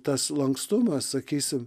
tas lankstumas sakysim